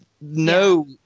no